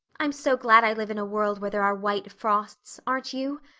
i'm so glad i live in a world where there are white frosts, aren't you?